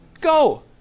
Go